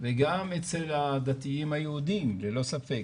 וגם אצל הדתיים היהודים ללא ספק,